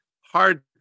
hard